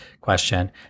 question